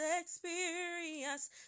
experience